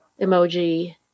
emoji